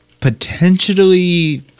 potentially